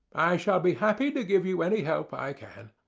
i shall be happy to give you any help i can.